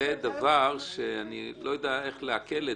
זה דבר שאני לא יודע איך לעכל.